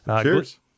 Cheers